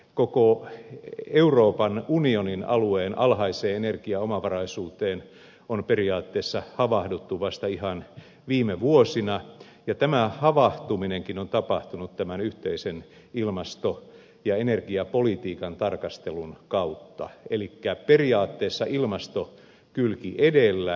koko euroopan unionin alueen alhaiseen energiaomavaraisuuteen on periaatteessa havahduttu vasta ihan viime vuosina ja tämä havahtuminenkin on tapahtunut tämän yhteisen ilmasto ja energiapolitiikan tarkastelun kautta elikkä periaatteessa ilmastokylki edellä